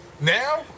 Now